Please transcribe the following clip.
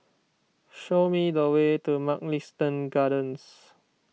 show me the way to Mugliston Gardens